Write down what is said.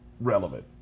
relevant